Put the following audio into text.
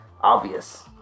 obvious